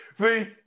See